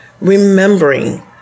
remembering